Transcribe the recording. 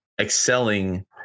excelling